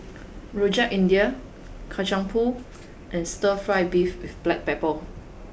Rojak India Kacang Pool and stir fry beef with black pepper